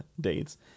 dates